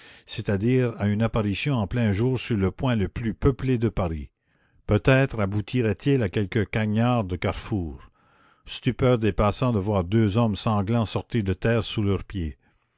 c'est-à-dire à une apparition en plein jour sur le point le plus peuplé de paris peut-être aboutirait il à quelque cagnard de carrefour stupeur des passants de voir deux hommes sanglants sortir de terre sous leurs pieds